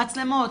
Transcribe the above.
מצלמות,